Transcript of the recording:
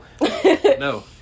no